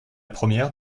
première